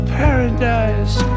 paradise